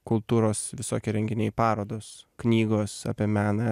kultūros visokie renginiai parodos knygos apie meną